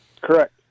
Correct